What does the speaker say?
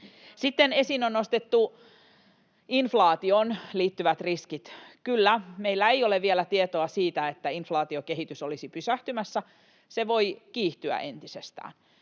Sitten esiin on nostettu inflaatioon liittyvät riskit. Kyllä, meillä ei ole vielä tietoa siitä, että inflaatiokehitys olisi pysähtymässä. Se voi kiihtyä entisestään,